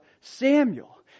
Samuel